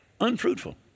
unfruitful